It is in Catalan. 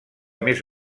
més